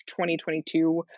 2022